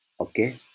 okay